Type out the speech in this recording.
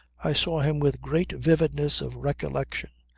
i saw him with great vividness of recollection,